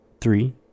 three